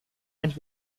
and